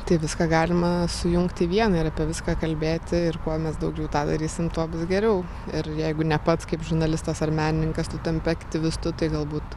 tai viską galima sujungti į vieną ir apie viską kalbėti ir kuo mes daugiau tą darysim tuo bus geriau ir jeigu ne pats kaip žurnalistas ar menininkas tu tampi aktyvistu tai galbūt